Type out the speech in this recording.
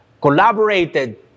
collaborated